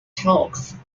talks